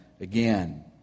again